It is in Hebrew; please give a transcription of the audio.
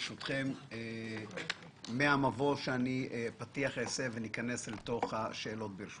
ברשותכם, מהמבוא, מהפתיח אכנס לשאלות.